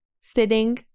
sitting